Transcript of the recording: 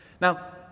Now